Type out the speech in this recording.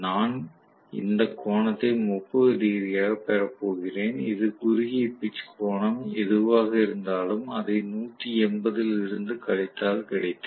நான் இந்த கோணத்தை 30 டிகிரியாக பெற போகிறேன் இது குறுகிய பிட்ச் கோணம் எதுவாக இருந்தாலும் அதை 180 ல் இருந்து கழித்தால் கிடைக்கும்